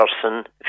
person